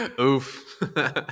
Oof